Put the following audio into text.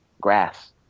grass